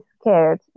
scared